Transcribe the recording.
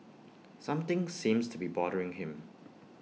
something seems to be bothering him